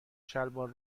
شلوار